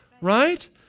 Right